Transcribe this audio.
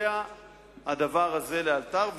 יתבצע הדבר הזה לאלתר.